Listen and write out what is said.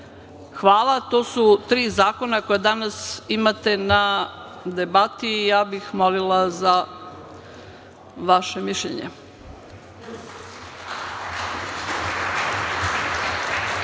to su tri zakona koja danas imate na debati. Ja bih molila za vaše mišljenje.